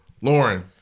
Lauren